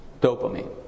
Dopamine